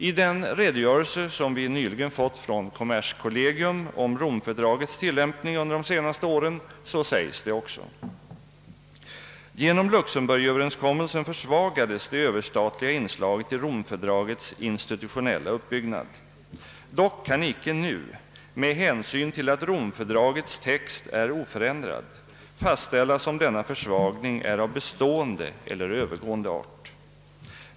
I den redogörelse vi nyligen fått från kommerskollegium om Romfördragets tillämpning under de senaste åren sägs det också: »Genom Luxemburgöverenskommelsen försvagades det överstatliga inslaget i Romfördragets institutionella uppbyggnad. Dock kan icke nu — med hänsyn till att Romfördragets text är oförändrad — fastställas om denna försvagning är av bestående eller övergående art.